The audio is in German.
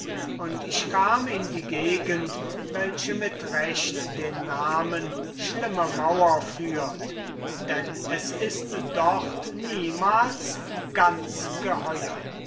und ich kam in die gegend welche mit recht den namen schlimme mauer führt denn es ist dort niemals ganz geheuer